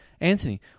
Anthony